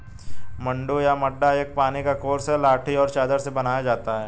मड्डू या मड्डा एक पानी का कोर्स है लाठी और चादर से बनाया जाता है